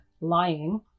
lying